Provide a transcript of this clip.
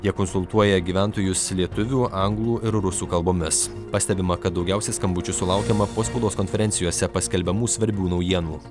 jie konsultuoja gyventojus lietuvių anglų ir rusų kalbomis pastebima kad daugiausia skambučių sulaukiama po spaudos konferencijose paskelbiamų svarbių naujienų